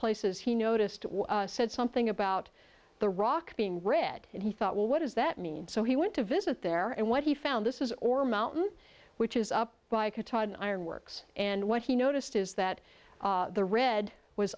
places he noticed it said something about the rock being red and he thought well what does that mean so he went to visit there and what he found this is or mountain which is up by a cotton iron works and what he noticed is that the red was